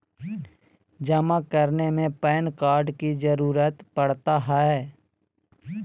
जमा करने में पैन कार्ड की जरूरत पड़ता है?